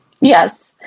Yes